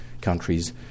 countries